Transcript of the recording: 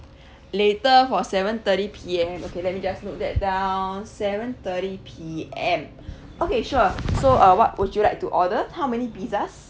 later for seven thirty P_M okay let me just note that down seven thirty P_M okay sure so uh what would you like to order how many pizzas